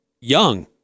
young